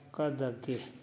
ꯀꯗꯒꯦ